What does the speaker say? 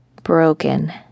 broken